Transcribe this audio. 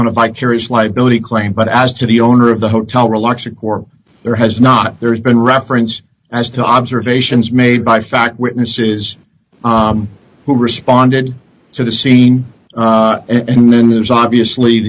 on a vicarious liability claim but as to the owner of the hotel relax a court there has not there's been reference as to observations made by fact witnesses who responded to the scene and then there's obviously